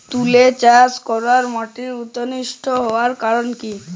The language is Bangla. তুতে চাষ করাই মাটির উর্বরতা নষ্ট হওয়ার কারণ কি?